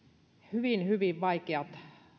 hyvin hyvin